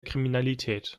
kriminalität